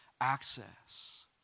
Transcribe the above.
access